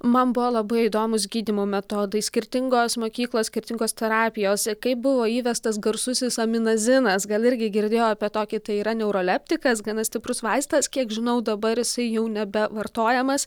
man buvo labai įdomūs gydymo metodai skirtingos mokyklos skirtingos terapijos kaip buvo įvestas garsusis aminazinas gal irgi girdėjo apie tokį tai yra neuroleptikas gana stiprus vaistas kiek žinau dabar jisai jau nebevartojamas